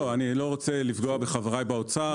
אני לא רוצה לפגוע בחבריי באוצר,